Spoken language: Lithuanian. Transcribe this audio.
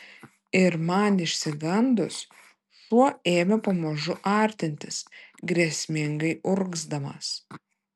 ir man išsigandus šuo ėmė pamažu artintis grėsmingai urgzdamas